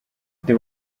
they